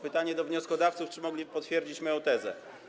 Pytanie do wnioskodawców, czy mogliby potwierdzić moją tezę.